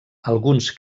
alguns